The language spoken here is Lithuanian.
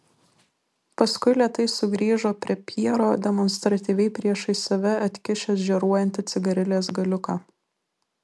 paskui lėtai sugrįžo prie pjero demonstratyviai priešais save atkišęs žėruojantį cigarilės galiuką